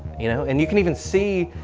you know and you can even see,